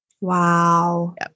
Wow